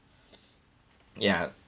ya